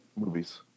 movies